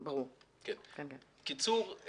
בקיצור,